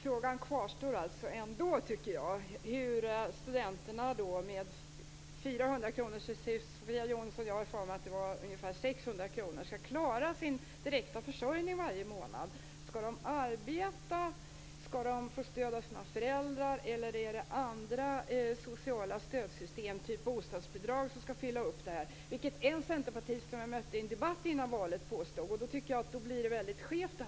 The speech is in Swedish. Herr talman! Jag tycker att frågan hur studenterna med 400 kr mindre - enligt Sofia Jonsson, men jag har för mig att det var fråga om ungefär 600 kr - skall klara sin direkta försörjning varje månad kvarstår. Skall de arbeta, skall de få stöd av sina föräldrar, eller är det andra sociala stödsystem, t.ex. bostadsbidrag, som skall fylla ut detta, vilket en centerpartist som jag mötte i en debatt före valet påstod? Då tycker jag att detta blir väldigt skevt.